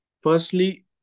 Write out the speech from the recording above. Firstly